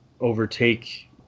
overtake